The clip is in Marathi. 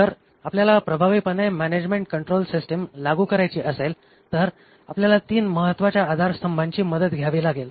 जर आपल्याला प्रभावीपणे मॅनेजमेंट कंट्रोल सिस्टिम लागू करायची असेल तर आपल्याला ३ महत्वाच्या आधारस्तंभांची मदत घ्यावी लागेल